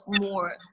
more